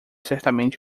certamente